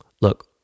Look